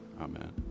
amen